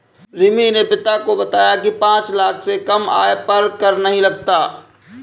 रिमी ने पिता को बताया की पांच लाख से कम आय पर कर नहीं लगता